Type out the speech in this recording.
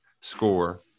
score